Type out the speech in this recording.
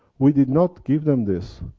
we did not give them this.